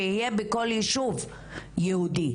שיהיה בכל ישוב יהודי,